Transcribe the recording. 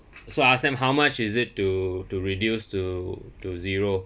so I ask them how much is it to to reduce to to zero